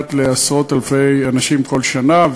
שנוגעת לעשרות-אלפי אנשים כל שנה,